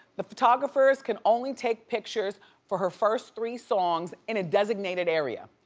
the photographers can only take pictures for her first three songs in a designated area.